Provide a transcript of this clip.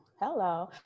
Hello